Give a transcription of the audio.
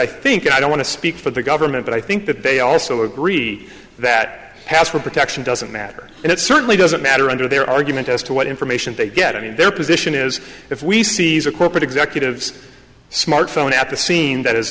i think i don't want to speak for the government but i think that they also agree that has for protection doesn't matter and it certainly doesn't matter under their argument as to what information they get i mean their position is if we seize a corporate executives smartphone at the scene that